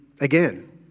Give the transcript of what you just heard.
again